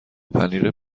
پنیر